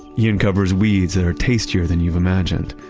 he uncovers weeds that are tastier than you've imagined,